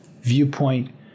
viewpoint